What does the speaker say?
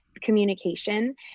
communication